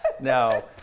no